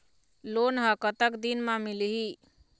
Loan ह कतक दिन मा मिलही?